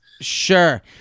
Sure